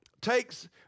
takes